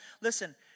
Listen